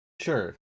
Sure